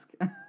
ask